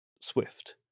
Swift